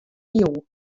iuw